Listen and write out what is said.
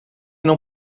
não